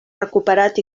recuperat